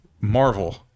Marvel